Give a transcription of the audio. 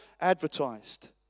advertised